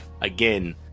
again